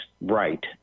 right